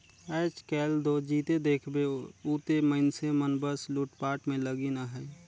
आएज काएल दो जिते देखबे उते मइनसे मन बस लूटपाट में लगिन अहे